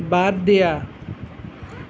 বাদ দিয়া